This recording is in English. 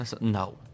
No